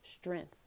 strength